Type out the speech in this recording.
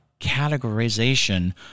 categorization